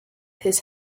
his